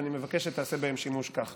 ואני מבקש שתעשה בהם שימוש כך.